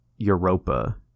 europa